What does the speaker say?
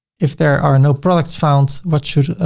if there are no products found, what should.